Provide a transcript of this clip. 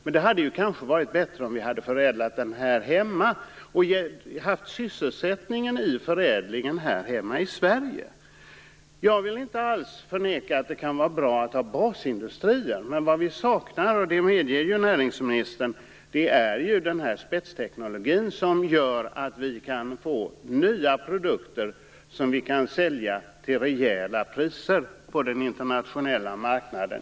Men det hade kanske varit bättre om vi hade förädlat den här hemma och kunnat sysselsätta människor i förädlingen här i Sverige. Jag vill inte alls förneka att det kan vara bra att ha basindustrier. Men vad vi saknar - och det medger näringsministern - är ju den spetsteknologi som gör så att vi kan skapa nya produkter som kan säljas till rejäla priser på den internationella marknaden.